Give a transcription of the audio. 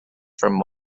from